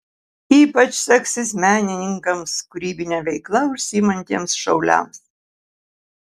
ypač seksis menininkams kūrybine veikla užsiimantiems šauliams